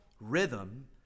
rhythm